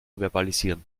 verbalisieren